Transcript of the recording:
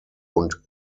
und